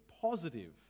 Positive